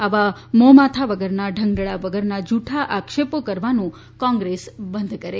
આવા મોં માથા વગરના ઢંગધડા વગરના જૂઠ્ઠા આક્ષેપો કરવાનું કોંગ્રેસ બંધ કરે